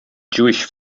jewish